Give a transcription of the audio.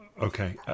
Okay